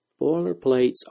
Boilerplates